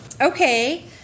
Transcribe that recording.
Okay